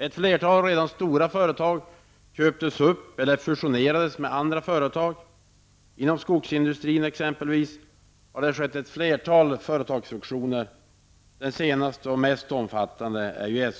Ett flertal redan stora företag köptes upp eller fusionerades med andra företag. Inom skogsindustrin har ett flertal stora företagsfusioner ägt rum, den senaste och mest omfattande är ju